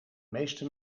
meeste